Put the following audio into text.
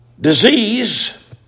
disease